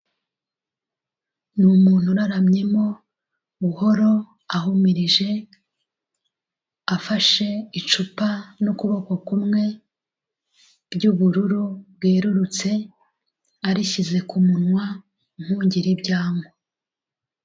Ni umuntu uraramyemo buhoro ahumirije afashe icupa n'ukuboko kumwe ry'ubururu bwererutse, arishyize ku munwa nk'ugira ibyo anywa.